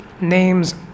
names